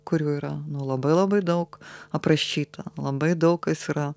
kurių yra nu labai labai daug aprašyta labai daug kas yra